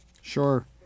Sure